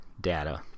data